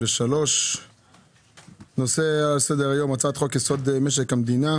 3.5.2023. הנושא על סדר היום הצעת-חוק יסוד: משק המדינה